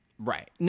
Right